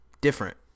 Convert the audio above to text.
different